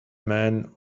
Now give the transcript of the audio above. man